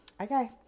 okay